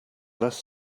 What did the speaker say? less